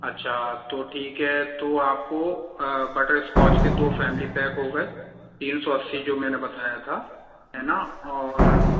अच्छा तो ठीक है तो आपको बटरस्कॉच के दो फ़ैमिली पैक हो गए तीन सौ अस्सी जो मैंने बताया था है न और